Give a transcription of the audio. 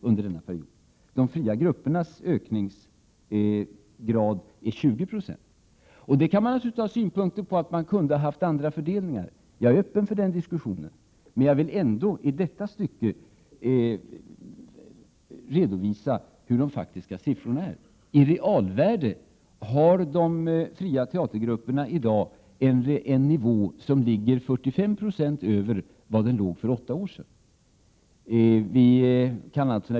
Ökningen för de fria grupperna har uppgått till 20 26. Man kan naturligtvis ha synpunkter på den fördelningen. Jag är öppen för en sådan diskussion, men jag vill ändå redovisa de faktiska siffrorna. I realvärde ligger de fria teatergruppernas anslagsnivå i dag 45 96 över nivån för åtta år sedan.